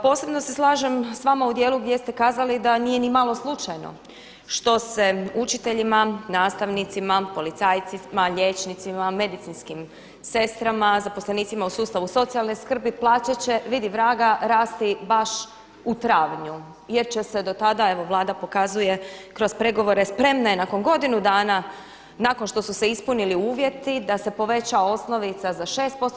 Posebno se slažem sa vama u dijelu gdje ste kazali da nije ni malo slučajno što se učiteljima, nastavnicima, policajcima, liječnicima, medicinskim sestrama, zaposlenicima u sustavu socijalne skrbi plaća će vidi vraga rasti baš u travnju jer će se do tada evo Vlada pokazuje kroz pregovore spremna je nakon godinu dana nakon što su se ispunili uvjeti da se poveća osnovica za 6%